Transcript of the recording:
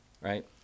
Right